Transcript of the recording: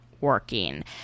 working